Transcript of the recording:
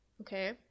Okay